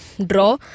draw